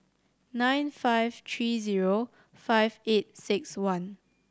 nine five three zero five eight six one